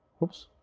whoops.